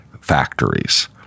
factories